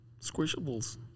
Squishables